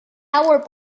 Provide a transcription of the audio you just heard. outward